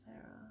Sarah